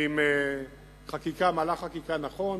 ועם מהלך חקיקה נכון,